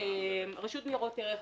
הרשות לניירות ערך,